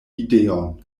ideon